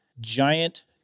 Giant